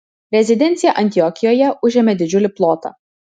rezidencija antiokijoje užėmė didžiulį plotą